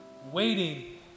Waiting